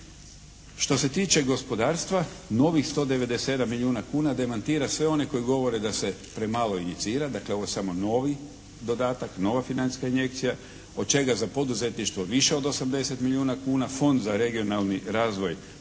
Što se tiče gospodarstva novih 197 milijuna kuna demantira sve one koji govore da se premalo inicira, dakle ovo je samo novi dodatak, nova financijska injekcija od čega za poduzetništvo više od 80 milijuna kuna, Fond za regionalni razvoj